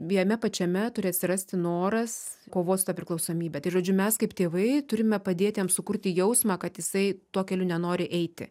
jame pačiame turi atsirasti noras kovot su ta priklausomybe tai žodžiu mes kaip tėvai turime padėti sukurti jausmą kad jisai tuo keliu nenori eiti